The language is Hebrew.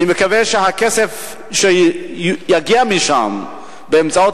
אני מקווה שהכסף שיגיע משם באמצעות